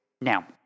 Now